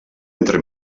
entre